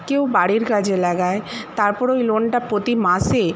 কেউ বাড়ির কাজে লাগায় তারপর ওই লোনটা প্রতি মাসে